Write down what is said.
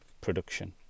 production